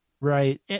Right